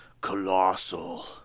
Colossal